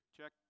Check